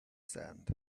sand